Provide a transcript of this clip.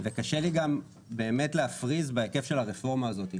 וקשה לי גם באמת להפריז בהיקף של הרפורמה הזאת.